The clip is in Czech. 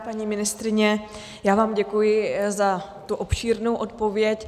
Paní ministryně, já vám děkuji za obšírnou odpověď.